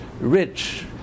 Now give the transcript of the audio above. rich